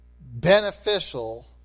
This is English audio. beneficial